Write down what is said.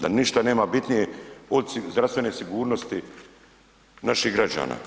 Da ništa nema bitnije od zdravstvene sigurnosti naših građana.